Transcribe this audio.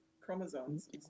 chromosomes